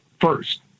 first